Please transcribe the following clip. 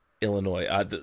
Illinois